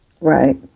right